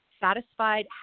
satisfied